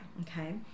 okay